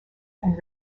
and